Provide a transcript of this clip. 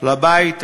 לבית הזה,